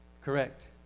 Correct